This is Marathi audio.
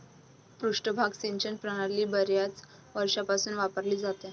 पृष्ठभाग सिंचन प्रणाली बर्याच वर्षांपासून वापरली जाते